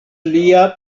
lia